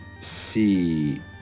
see